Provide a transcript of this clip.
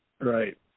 Right